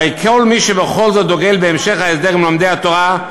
הרי כל מי שבכל זאת דוגל בהמשך ההסדר עם לומדי התורה,